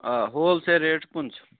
آ ہوٚل sale rate چھِ پٕنٛژٕہ